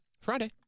Friday